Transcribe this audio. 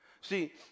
See